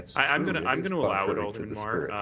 i'm going and i'm going to allow it, alderman mar.